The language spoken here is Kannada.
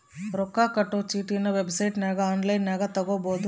ರೊಕ್ಕ ಕಟ್ಟೊ ಚೀಟಿನ ವೆಬ್ಸೈಟನಗ ಒನ್ಲೈನ್ನಲ್ಲಿ ತಗಬೊದು